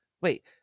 Wait